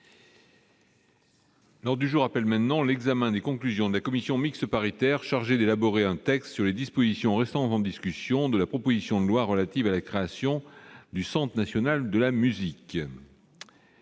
L'ordre du jour appelle l'examen des conclusions de la commission mixte paritaire chargée d'élaborer un texte sur les dispositions restant en discussion de la proposition de loi relative à la création du Centre national de la musique